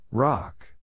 Rock